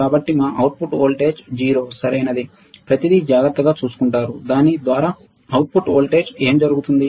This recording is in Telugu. కాబట్టి మా అవుట్పుట్ వోల్టేజ్ 0 సరైనది ప్రతిదీ జాగ్రత్తగా చూసుకుంటారు కాని దాని ద్వారా అవుట్పుట్ వోల్టేజ్ ఏమి జరుగుతుంది